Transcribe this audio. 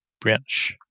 branch